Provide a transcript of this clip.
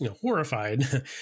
horrified